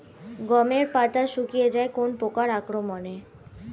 গমের পাতা শুকিয়ে যায় কোন পোকার আক্রমনে?